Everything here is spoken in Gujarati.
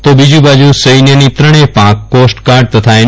તો બીજી બાજુ સૈન્યની ત્રણેય પાંખ કોસ્ટગાર્ડ તથા એન